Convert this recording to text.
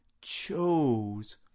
chose